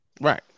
right